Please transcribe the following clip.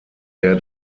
der